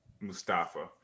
Mustafa